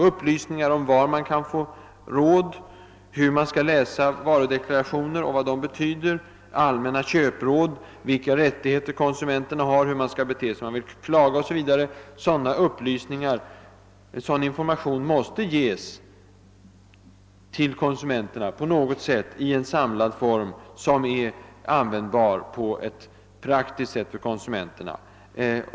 Jo, upplysningar om var man kan få råd, hur man skall läsa varudeklarationer och vad dessa betyder, vilka rättigheter konsumenterna har, hur man skall bete sig när man vill klaga, allmänna köpråd, osv. Sådan information måste ges till konsumenterna i samlad form och på ett praktiskt användbart sätt.